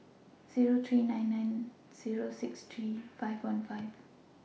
Zero three nine nine Zero six three five one five